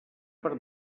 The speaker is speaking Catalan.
per